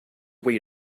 wait